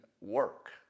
work